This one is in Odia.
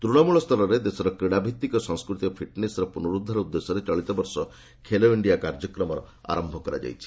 ତୃଣମୂଳସ୍ତରରେ ଦେଶର କ୍ରୀଡାଭିଭିକ ସଂସ୍କୃତି ଏବଂ ଫିଟ୍ନେସର ପୁନରୁଦ୍ଧାର ଉଦ୍ଦେଶ୍ୟରେ ଚଳିତବର୍ଷ ଖେଲେ ଇଣ୍ଡିଆ କାର୍ଯ୍ୟକ୍ରମର ଆରମ୍ଭ କରାଯାଇଛି